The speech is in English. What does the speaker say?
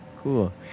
Cool